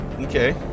Okay